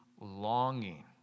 longing